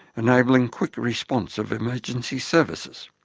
enabling quick response of emergency services.